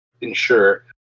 ensure